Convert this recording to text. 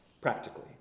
practically